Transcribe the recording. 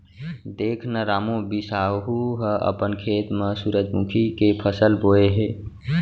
देख न रामू, बिसाहू ह अपन खेत म सुरूजमुखी के फसल बोय हे